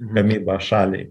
gamyba šaliai